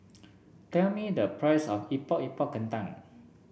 tell me the price of Epok Epok Kentang